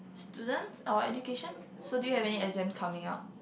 students our education so do you have any exam coming up